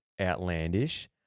outlandish